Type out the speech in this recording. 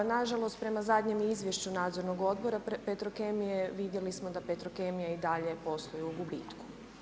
Nažalost prema zadnjem izvješću nadzornog odbora Petrokemije vidjeli smo da Petrokemija i dalje posluje u gubitku.